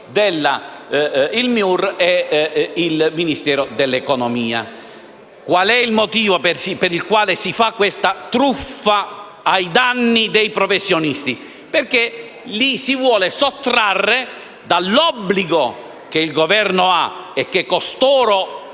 il MIUR e il Ministero dell'economia. Qual è il motivo per il quale si fa questa truffa ai danni dei professionisti? Perché li si vuole sottrarre dall'obbligo che il Governo ha - e che costoro